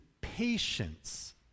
patience